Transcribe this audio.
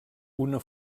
una